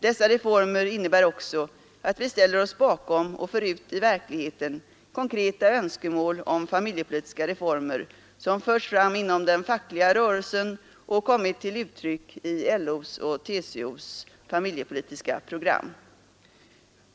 Dessa reformer innebär också att vi ställer oss bakom och för ut i verkligheten konkreta önskemål om familjepolitiska reformer, som förts fram inom den fackliga rörelsen och kommit till uttryck i LO:s och TCO:s familjepolitiska program.